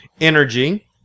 energy